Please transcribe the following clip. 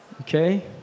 Okay